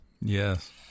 Yes